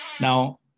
Now